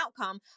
outcome